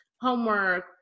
homework